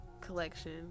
collection